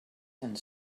and